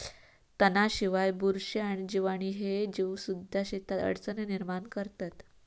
तणांशिवाय, बुरशी आणि जीवाणू ह्ये जीवसुद्धा शेतात अडचणी निर्माण करतत